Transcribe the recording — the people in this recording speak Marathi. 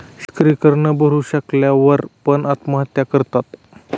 शेतकरी कर न भरू शकल्या वर पण, आत्महत्या करतात